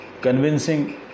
convincing